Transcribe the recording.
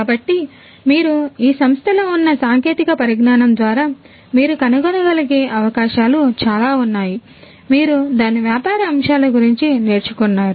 కాబట్టి మీరు ఈ సంస్థలో ఉన్న సాంకేతిక పరిజ్ఞానం ద్వారా మీరు కనుగొనగలిగే అవకాశాలు చాలా ఉన్నాయి మీరు దాని వ్యాపార అంశాల గురించి నేర్చుకున్నారు